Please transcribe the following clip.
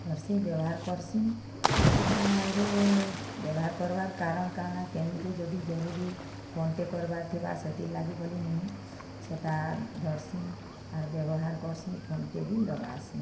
ଧରସିଁ ବ୍ୟବହାର କରସିଁ ଆରୁ ବ୍ୟବହାର କରବାର କାରଣ କାଣା କେନ ନିକେ ଯଦି ଜରୁରୀ ଫୋନଟେ କରବାର ଥିବା ସେଥିର ଲାଗି ବୋଲି ମୁଇଁ ସେଟା ଧରସିଁ ଆର ବ୍ୟବହାର କରସିଁ ଫୋନଟିଏ ବି ଲଗାସିଁ